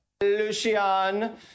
Lucian